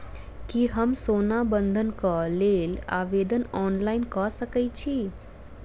की हम सोना बंधन कऽ लेल आवेदन ऑनलाइन कऽ सकै छी?